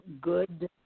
good